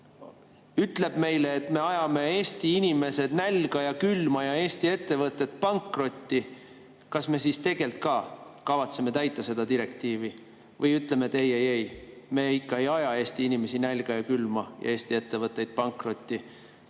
ütleb meile, et me ajame Eesti inimesed nälga ja külma ja Eesti ettevõtted pankrotti, kas me siis tegelikult ka kavatseme täita seda direktiivi või ütleme, et ei-ei-ei, me ikka ei aja Eesti inimesi nälga ja külma ja Eesti ettevõtteid pankrotti